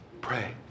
Pray